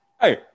Hey